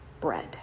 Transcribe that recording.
bread